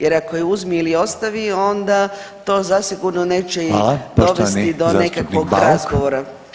Jer ako je uzmi ili ostavi onda to zasigurno neće [[Upadica: Hvala.]] i dovesti do nekakvog razgovora.